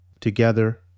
Together